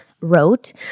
wrote